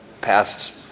past